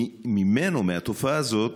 ממנו, מהתופעה הזאת,